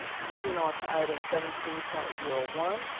moving on to item seventeen point zero one.